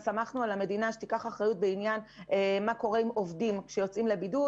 סמכנו על המדינה שתיקח אחריות לגבי העובדים שיוצאים לבידוד.